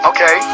Okay